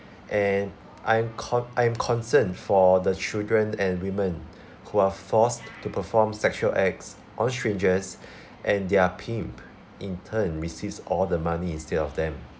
and I'm co~ I'm concerned for the children and women who are forced to perform sexual acts on strangers and their pimp in turn receives all the money instead of them